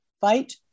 fight